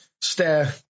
stare